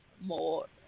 more